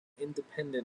independent